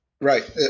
Right